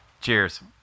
Cheers